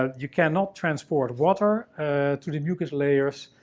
ah you cannot transport water to the mucus layers.